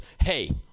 Hey